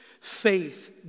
Faith